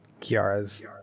Kiara's